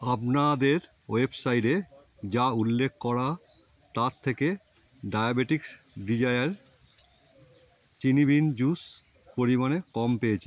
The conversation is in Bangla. আপনাদের ওয়েবসাইটে যা উল্লেখ করা তার থেকে ডায়বেটিক্স ডিজায়ার চিনিবিহীন জুস পরিমাণে কম পেয়েছি